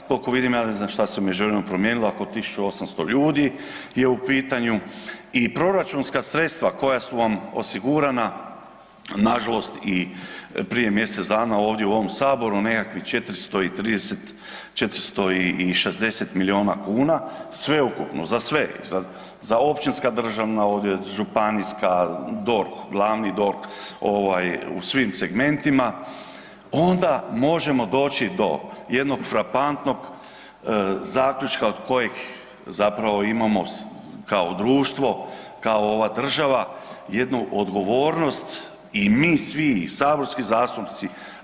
Koliko vidim ja ne znam što se u međuvremenu promijenilo ako 1800 ljudi je u pitanju i proračunska sredstva koja su vam osigurana na žalost i prije mjesec dana ovdje u ovom Saboru nekakvih 400 i 30, 460 milijuna kuna sveukupno, za sve, za općinska državna odvjetništva, županijska, DORH, glavni DORH u svim segmentima onda možemo doći do jednog frapantnog zaključka od kojeg zapravo imamo kao društvo, kao ova država jednu odgovornost i mi svi i saborski zastupnici.